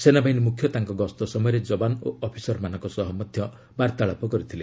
ସେନାବାହିନୀ ମୁଖ୍ୟ ତାଙ୍କ ଗସ୍ତ ସମୟରେ ଯବାନ ଓ ଅଫିସରମାନଙ୍କ ସହ ମଧ୍ୟ ବାର୍ତ୍ତାଳାପ କରିଥିଲେ